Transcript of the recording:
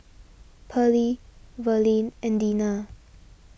Perley Verlene and Dina